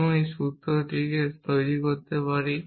আমরা একটি সূত্র তৈরি করতে পারি